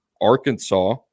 Arkansas